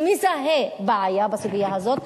בעיה בסוגיה הזאת?